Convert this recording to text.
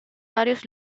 varios